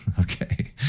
Okay